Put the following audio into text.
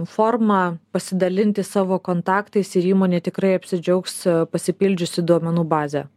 forma pasidalinti savo kontaktais ir įmonė tikrai apsidžiaugs pasipildžiusi duomenų bazę